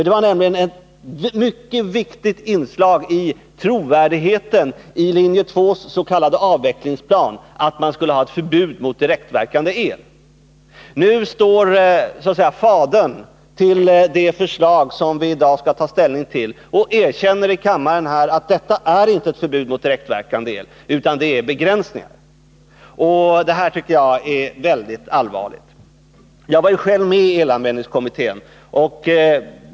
Det var nämligen ett mycket viktigt inslag när det gäller trovärdigheten i linje 2:s avvecklingsplan att man skulle ha ett förbud mot direktverkande elvärme. Nu står fadern för det förslag som vi i dag skall ta ställning till och erkänner i kammaren att detta inte är ett förbud mot direktverkande elvärme utan endast begränsningar. Det här tycker jag är väldigt allvarligt. Jag var själv med i elanvändningskommittén.